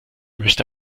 möchte